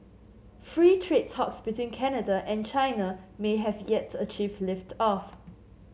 free trade talks between Canada and China may have yet to achieve lift off